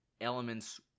elements